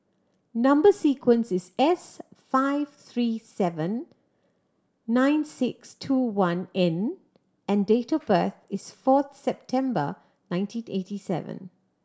number sequence is S five three seven nine six two one N and date of birth is fourth September nineteen eighty seven